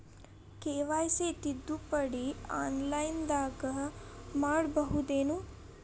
KYC ತಿದ್ದುಪಡಿ ಆನ್ಲೈನದಾಗ್ ಮಾಡ್ಬಹುದೇನು?